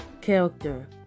character